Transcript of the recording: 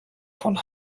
von